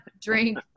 drink